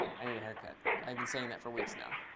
i need a haircut. i've been saying that for weeks now.